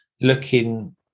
looking